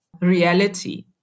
reality